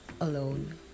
alone